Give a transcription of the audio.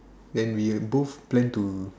then we both plan to